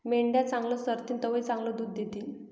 मेंढ्या चांगलं चरतीन तवय चांगलं दूध दितीन